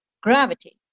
gravity